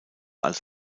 als